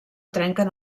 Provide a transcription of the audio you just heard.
trenquen